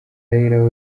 raila